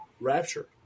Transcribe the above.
rapture